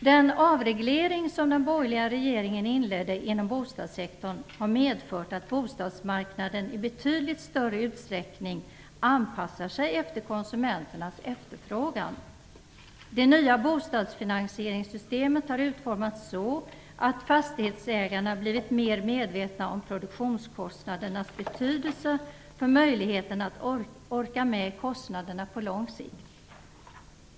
Den avreglering som den borgerliga regeringen inledde inom bostadssektorn har medfört att bostadsmarknaden i betydligt större utsträckning anpassar sig efter konsumenternas efterfrågan. Det nya bostadsfinansieringssystemet har utformats så att fastighetsägarna blivit mer medvetna om produktionskostnadernas betydelse för möjligheten att orka med kostnaderna på lång sikt.